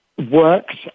works